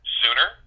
sooner